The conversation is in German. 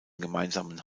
gemeinsamen